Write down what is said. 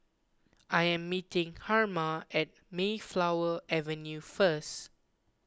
I am meeting Herma at Mayflower Avenue first